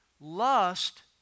lust